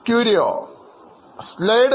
bye